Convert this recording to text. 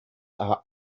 are